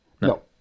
No